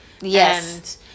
Yes